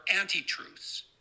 anti-truths